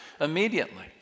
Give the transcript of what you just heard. immediately